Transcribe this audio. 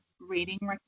reading